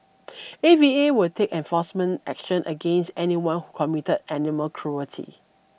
A V A will take enforcement action against anyone who committed animal cruelty